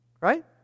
Right